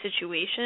situation